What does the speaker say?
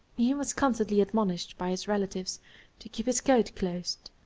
he was constantly admonished by his relatives to keep his coat closed.